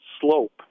slope